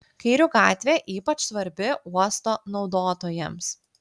kairių gatvė ypač svarbi uosto naudotojams